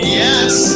yes